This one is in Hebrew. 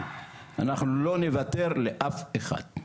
אנחנו לא נוותר לאף אחד.